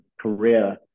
career